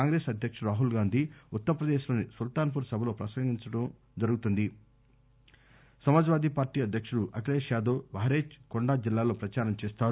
కాంగ్రెస్ అధ్యకుడు రాహుల్ గాంధీ ఉత్తరప్రదేశ్ లోని సుల్తాన్ పూర్ సభలో ప్రసంగించనుండగా సమాజ్ వాది పార్లీ అధ్యకుడు అఖిలేష్ యాదవ్ బహ్రాయిచ్ గోండా జిల్లాల్లో ప్రచారం చేస్తారు